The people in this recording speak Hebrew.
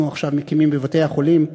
אנחנו עכשיו מקימים בבתי-החולים,